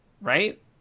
Right